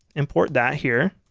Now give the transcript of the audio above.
import that here.